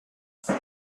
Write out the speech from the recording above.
what